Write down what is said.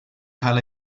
cael